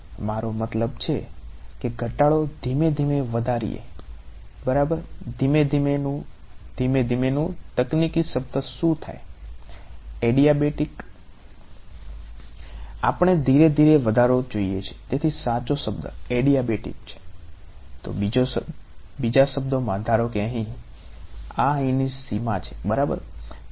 મારો મતલબ છે કે ઘટાડો છે તો બીજા શબ્દોમાં ધારો કે આ અહીંની સીમા છે બરાબર